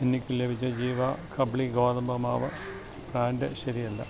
എനിക്ക് ലഭിച്ച ജീവ ഖപ്ലി ഗോതമ്പ് മാവ് ബ്രാൻറ്റ് ശരിയല്ല